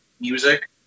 music